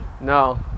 No